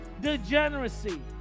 Degeneracy